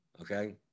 Okay